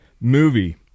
movie